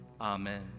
Amen